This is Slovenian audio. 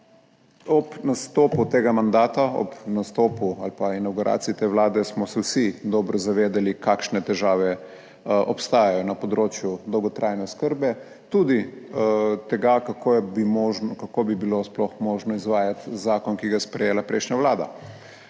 Ob nastopu tega mandata, ob nastopu ali pa inavguraciji te vlade smo se vsi dobro zavedali kakšne težave obstajajo na področju dolgotrajne oskrbe, tudi tega kako bi bilo sploh možno izvajati zakon, ki ga je sprejela prejšnja Vlada.